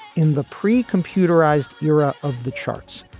in the pre computerized era of the charts,